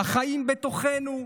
החיים בתוכנו,